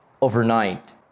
overnight